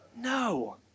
No